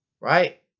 Right